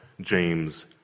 James